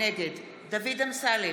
נגד דוד אמסלם,